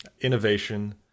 innovation